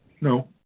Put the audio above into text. No